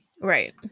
Right